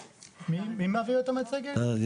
מיני עופות דורסים אוכלים פגרים של אותם עגורים